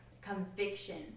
conviction